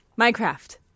Minecraft